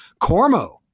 Cormo